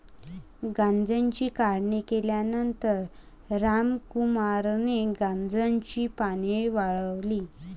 गांजाची काढणी केल्यानंतर रामकुमारने गांजाची पाने वाळवली